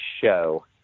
show